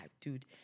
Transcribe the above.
dude